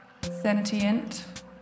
sentient